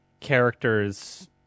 characters